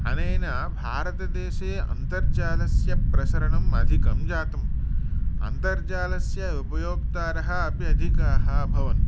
अनेन भारतदेशे अन्तर्जालस्य प्रसरणम् अधिकं जातं अन्तर्जालस्य उपयोक्तारः अपि अधिकाः अभवन्